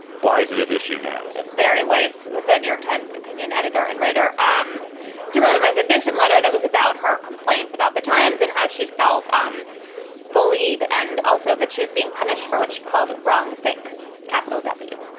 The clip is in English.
why is it at issue now? barry weiss was the new york times opinion editor and writer. um you wrote a resignation letter that was about her complaints about the times and how she'd felt um bullied. and also that she was being punished for what she called wrong. think capital w.